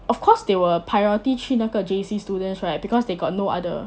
of course they will priority 去那个 J_C students right because they got no other